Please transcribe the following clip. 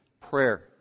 Prayer